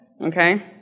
Okay